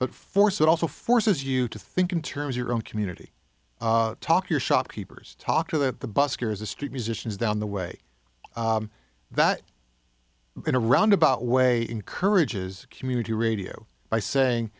but force it also forces you to think in terms your own community talk your shopkeepers talk to that the busker is a street musicians down the way that in a roundabout way encourages community radio by saying